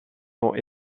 sont